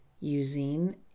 using